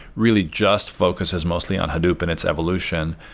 really just focuses mostly on hadoop and its evolution,